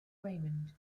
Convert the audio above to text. raymond